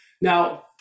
Now